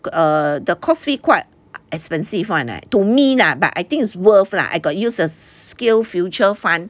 err the course fee quite expensive [one] leh to me lah but I think it's worth lah I got use SkillsFuture fund